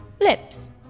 lips